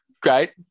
Great